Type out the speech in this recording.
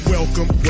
Welcome